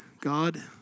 God